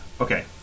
okay